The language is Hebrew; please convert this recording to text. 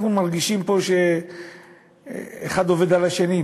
אנחנו מרגישים פה שאחד עובד על השני.